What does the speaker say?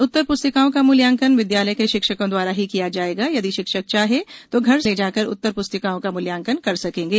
उत्तर पुस्तिकाओं का मूल्यांकन विद्यालय के शिक्षकों द्वारा ही किया जाएगा यदि शिक्षक चाहे तो घर ले जाकर उत्तर पुस्तिकाओं का मूल्यांकन कर सकेंगे